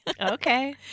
Okay